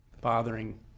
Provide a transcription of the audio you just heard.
bothering